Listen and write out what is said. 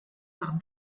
par